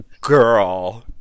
girl